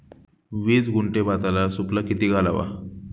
वीस गुंठे भाताला सुफला किती घालावा?